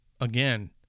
Again